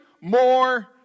more